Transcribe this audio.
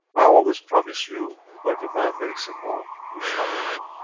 i always promise you, when the man makes a move, we shall move.